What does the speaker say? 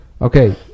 Okay